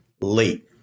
late